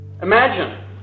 Imagine